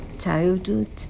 childhood